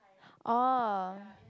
oh